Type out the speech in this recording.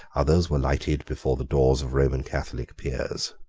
others were lighted before the doors of roman catholic peers.